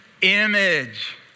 Image